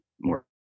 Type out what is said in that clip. more